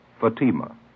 Fatima